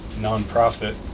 non-profit